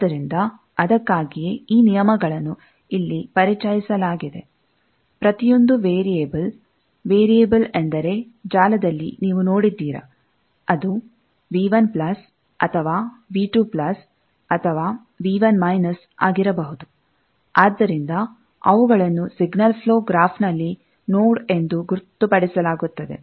ಆದ್ದರಿಂದ ಅದಕ್ಕಾಗಿಯೇ ಈ ನಿಯಮಗಳನ್ನು ಇಲ್ಲಿ ಪರಿಚಯಿಸಲಾಗಿದೆ ಪ್ರತಿಯೊಂದು ವೇರಿಯೆಬಲ್ ವೇರಿಯೆಬಲ್ ಎಂದರೆ ಜಾಲದಲ್ಲಿ ನೀವು ನೋಡಿದ್ದೀರ ಅದು ಅಥವಾ ಅಥವಾ ಆಗಿರಬಹುದು ಆದ್ದರಿಂದ ಅವುಗಳನ್ನು ಸಿಗ್ನಲ್ ಪ್ಲೋ ಗ್ರಾಫ್ನಲ್ಲಿ ನೋಡ್ ಎಂದು ಗೊತ್ತುಪಡಿಸಲಾಗುತ್ತದೆ